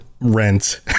rent